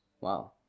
Wow